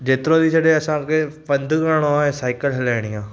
जेतिरो थी सघे असांखे पंधु करिणो आहे साईकल हलाइणी आहे